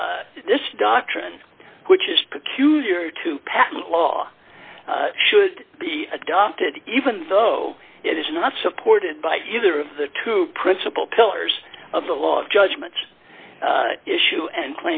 this doctrine which is peculiar to patent law should be adopted even though it is not supported by either of the two principal pillars of the law of judgments issue and